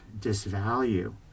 disvalue